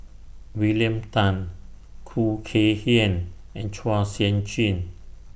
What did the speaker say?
William Tan Khoo Kay Hian and Chua Sian Chin